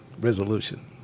resolution